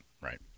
Right